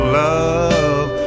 love